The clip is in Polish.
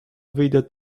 wyjdę